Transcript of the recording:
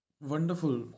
Wonderful